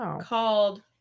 called